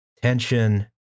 tension